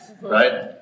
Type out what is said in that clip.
right